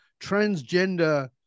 transgender